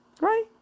Right